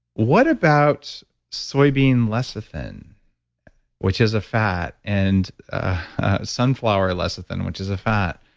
what about soybean lecithin which is a fat and sunflower lecithin which is a fat?